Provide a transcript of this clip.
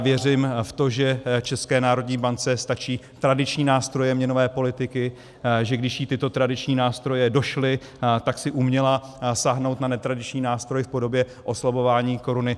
Věřím v to, že České národní bance stačí tradiční nástroje měnové politiky, že když jí tyto tradiční nástroje došly, tak si uměla sáhnout na netradiční nástroj v podobě oslabování koruny.